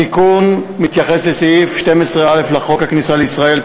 התיקון מתייחס לסעיף 12א לחוק הכניסה לישראל,